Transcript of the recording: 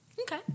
Okay